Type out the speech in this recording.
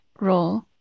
role